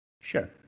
Sure